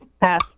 Pass